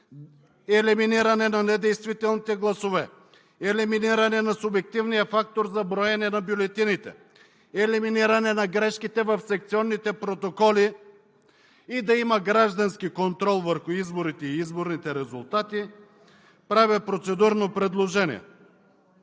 елиминиране на недействителните гласове, елиминиране на субективния фактор за броене на бюлетините, елиминиране на грешките в секционните протоколи и да има граждански контрол върху изборите и изборните резултати, правя процедурно предложение